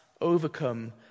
overcome